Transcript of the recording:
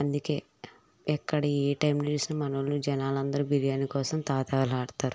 అందుకే ఎక్కడి ఏ టైమ్లో చూసిన మనోళ్ళు జనాలందరూ బిర్యానీ కోసం తహతహలాడతారు